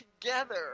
together